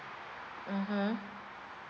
mmhmm